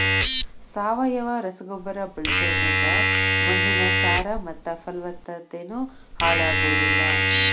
ಸಾವಯವ ರಸಗೊಬ್ಬರ ಬಳ್ಸೋದ್ರಿಂದ ಮಣ್ಣಿನ ಸಾರ ಮತ್ತ ಪಲವತ್ತತೆನು ಹಾಳಾಗೋದಿಲ್ಲ